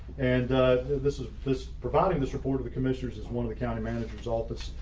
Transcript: and this is this providing this report of the commissioners is one of the county manager results,